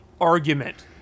argument